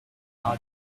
how